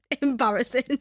Embarrassing